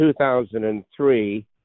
2003